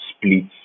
splits